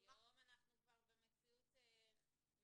היום אנחנו כבר במציאות מתחדשת.